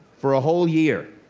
for a whole year.